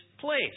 place